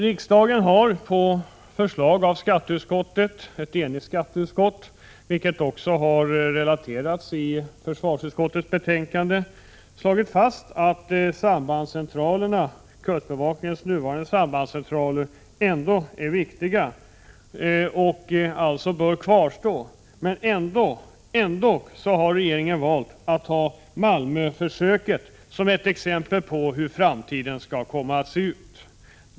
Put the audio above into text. Riksdagen har på förslag av ett enigt skatteutskott, vilket också relaterats i försvarsutskottets betänkande, slagit fast att kustbevakningens nuvarande sambandscentraler ändå är viktiga och alltså bör kvarstå. Men ändå har regeringen valt att ta Malmöförsöket som ett exempel på hur framtiden skall komma att se ut.